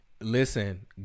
Listen